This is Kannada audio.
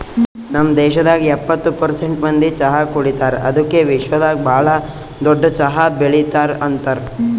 ನಮ್ ದೇಶದಾಗ್ ಎಪ್ಪತ್ತು ಪರ್ಸೆಂಟ್ ಮಂದಿ ಚಹಾ ಕುಡಿತಾರ್ ಅದುಕೆ ವಿಶ್ವದಾಗ್ ಭಾಳ ದೊಡ್ಡ ಚಹಾ ಬೆಳಿತಾರ್ ಅಂತರ್